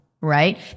Right